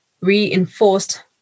reinforced